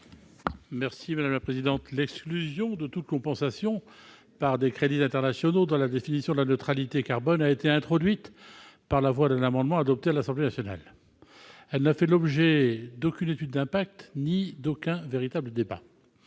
M. Jean-Pierre Decool. L'exclusion de toute compensation par des crédits internationaux dans la définition de la neutralité carbone a été introduite par la voie d'un amendement adopté à l'Assemblée nationale. Elle n'a fait l'objet d'aucune étude impact ni d'aucun véritable débat.